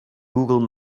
google